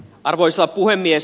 arvoisa puhemies